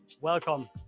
Welcome